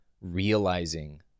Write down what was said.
realizing